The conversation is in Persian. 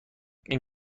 این